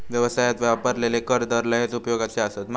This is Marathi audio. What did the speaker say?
व्यवसायात वापरलेले कर दर लयच उपयोगाचे आसत